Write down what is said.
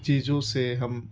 چیزوں سے ہم